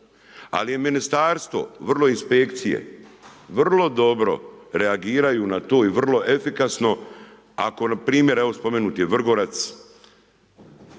ali je ministarstvo vrlo inspekcije, vrlo dobro reagiraju na to i vrlo efikasno, ako npr. evo spomenut je Vrgorac,